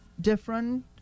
different